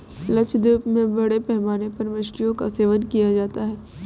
लक्षद्वीप में बड़े पैमाने पर मछलियों का सेवन किया जाता है